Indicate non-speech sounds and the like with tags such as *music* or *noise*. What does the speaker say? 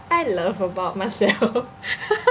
I love about myself *laughs*